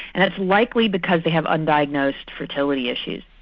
and it's likely because they had undiagnosed fertility issues.